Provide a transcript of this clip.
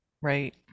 Right